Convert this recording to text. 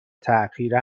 تاخیر